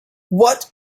what